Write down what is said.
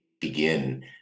begin